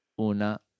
Una